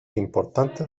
importantes